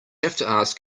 that